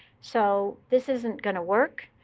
so this isn't going to work.